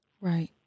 right